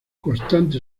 constante